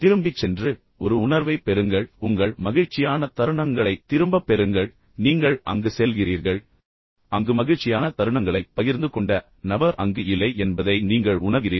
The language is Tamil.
திரும்பிச் சென்று ஒரு உணர்வைப் பெறுங்கள் உங்கள் மகிழ்ச்சியான தருணங்களைத் திரும்பப் பெறுங்கள் எனவே நீங்கள் அங்கு செல்கிறீர்கள் ஆனால் நீங்கள் அங்கு செல்லும்போது மகிழ்ச்சியான தருணங்களைப் பகிர்ந்து கொண்ட நபர் அங்கு இல்லை என்பதை நீங்கள் உணர்கிறீர்கள்